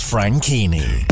Franchini